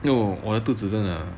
yo 我的肚子真的